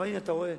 אבל הנה אתה רואה,